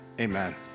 Amen